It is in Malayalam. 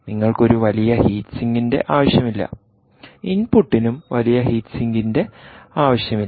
നിങ്ങൾക്ക് ഒരു വലിയ ഹീറ്റ് സിങ്കിന്റെ ആവശ്യമില്ല ഇൻപുട്ടിനും വലിയ ഹീറ്റ് സിങ്കിന്റെ ആവശ്യമില്ല